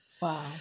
Wow